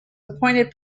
appointed